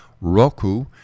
Roku